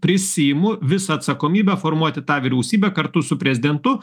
prisiimu visą atsakomybę formuoti tą vyriausybę kartu su prezidentu